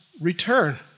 return